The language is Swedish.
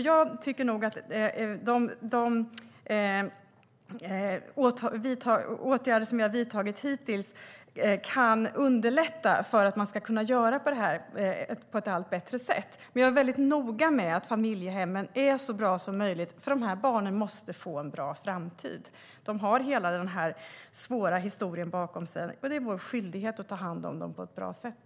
Jag tycker att de åtgärder som vi hittills har vidtagit kan underlätta för att man ska kunna göra detta på ett allt bättre sätt. Men jag är mycket noga med att familjehemmen ska vara så bra som möjligt, eftersom dessa barn måste få en bra framtid. De har en svår historia bakom sig, och det är vår skyldighet att ta hand om dem på ett bra sätt.